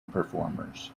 performers